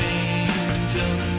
angels